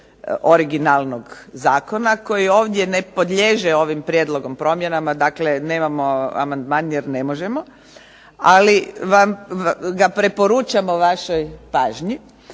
originalnog zakona koji ovdje ne podliježe ovim prijedlogom promjenama. Dakle, nemamo amandman, jer ne možemo. Ali vam ga preporučamo vašoj pažnji.